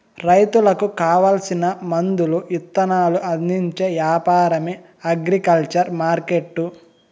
రైతులకు కావాల్సిన మందులు ఇత్తనాలు అందించే యాపారమే అగ్రికల్చర్ మార్కెట్టు